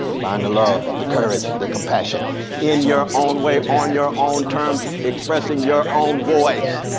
find a love, the courage, the compassion in your own way on your own terms, expressing your own voice.